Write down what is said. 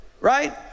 right